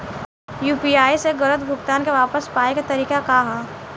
UPI से गलत भुगतान के वापस पाये के तरीका का ह?